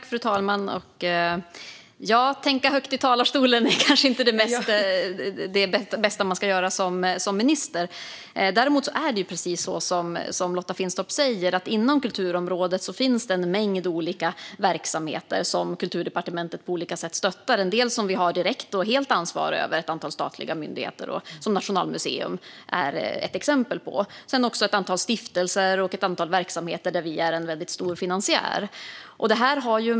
Fru talman! Att tänka högt i talarstolen är kanske inte det bästa som man som minister ska göra. Det är dock så som Lotta Finstorp säger. Inom kulturområdet finns en mängd olika verksamheter som Kulturdepartementet på olika sätt stöttar. Vissa har vi ett direkt och helt ansvar över. Det gäller ett antal statliga myndigheter, som Nationalmuseum är exempel på. Det finns även ett antal stiftelser och verksamheter som vi är en stor finansiär för.